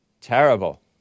Terrible